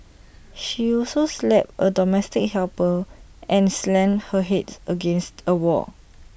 she also slapped the domestic helper and slammed her Head against A wall